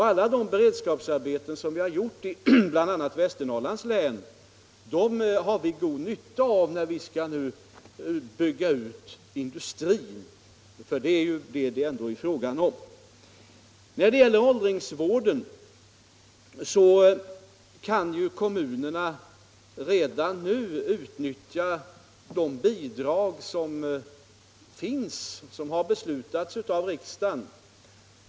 Alla de beredskapsarbeten som utförts i bl.a. Västernorrlands län har vi god nytta av när vi nu skall bygga ut industrin — det är ju en utbyggnad av industrin det ändå slutligen är fråga om. När det gäller åldringsvården kan kommunerna redan nu utnyttja de bidrag som har beslutats av riksdagen.